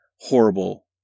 horrible